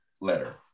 letter